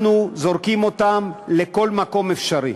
אנחנו זורקים לכל מקום אפשרי.